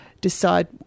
decide